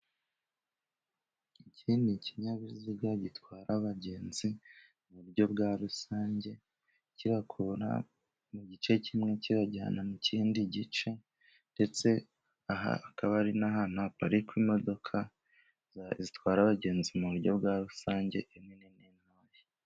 Ikindi kinyabiziga gitwara abagenzi mu buryo bwa rusange kibakura mu gice kimwe kibajyana mu kindi gice. Ndetse aha hakaba ari n'ahantu haparikwa imodoka zitwara abagenzi mu buryo bwa rusange.